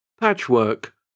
Patchwork